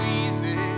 easy